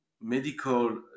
medical